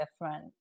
different